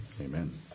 amen